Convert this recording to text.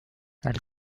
elle